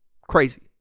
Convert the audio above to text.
Crazy